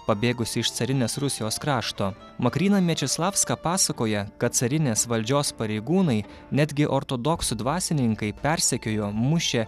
pabėgusi iš carinės rusijos krašto makryna mečislavska pasakoja kad carinės valdžios pareigūnai netgi ortodoksų dvasininkai persekiojo mušė